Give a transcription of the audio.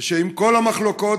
ושעם כל המחלוקות,